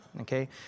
okay